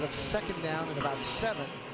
second down and about seven